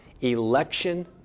election